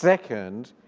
second,